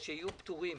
שיהיו פטורים